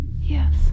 Yes